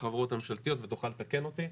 החברות הממשלתיות והיא תוכל לתקן אותי,